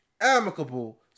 amicable